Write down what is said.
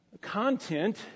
Content